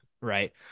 right